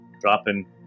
dropping